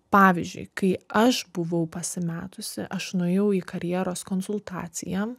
pavyzdžiui kai aš buvau pasimetusi aš nuėjau į karjeros konsultaciją